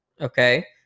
okay